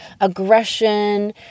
aggression